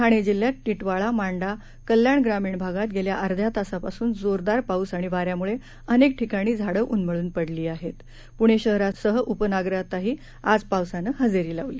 ठाणे जिल्ह्यात टिटवाळा मांडा कल्याण ग्रामीण भागात गेल्या अर्धा तासापासून जोरदार पाऊस आणि वाऱ्यामुळे अनेक ठिकाणी झाडं उन्मळून पडलीपुणे शहरासह उपनगरातही आज पावसानं हजेरी लावली